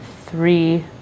three